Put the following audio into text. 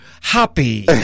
happy